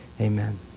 Amen